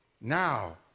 Now